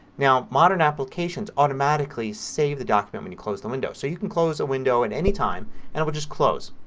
now modern applications automatically save the document when you close the window. so you can close a window at any time and it will just close.